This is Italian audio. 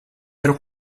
ero